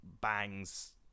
bangs